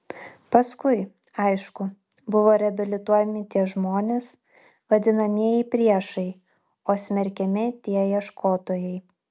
paskui aišku buvo reabilituojami tie žmonės vadinamieji priešai o smerkiami tie ieškotojai